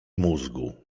mózgu